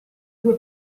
due